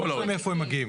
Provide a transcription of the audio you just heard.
לא משנה מאיפה הם מגיעים?